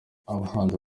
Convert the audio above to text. abahanzi